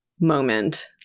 moment